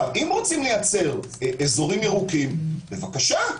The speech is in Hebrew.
אם רוצים לייצר אזורים ירוקים בבקשה.